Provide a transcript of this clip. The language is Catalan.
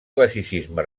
classicisme